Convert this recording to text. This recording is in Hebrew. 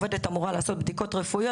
עובדת אמורה לעשות בדיקות רפואיות.